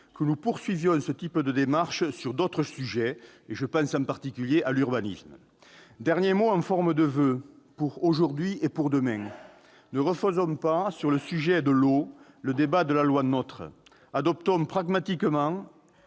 que nous entreprenions de telles démarches sur d'autres sujets ; je pense en particulier à l'urbanisme. Mon dernier mot sera en forme de voeux, pour aujourd'hui et pour demain : ne refaisons pas, sur le sujet de l'eau, le débat de la loi NOTRe ! Adaptons pragmatiquement